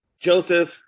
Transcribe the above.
Joseph